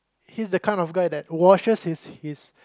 he's the kind of guy that washes his his